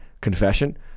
confession